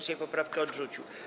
Sejm poprawkę odrzucił.